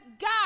God